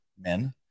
men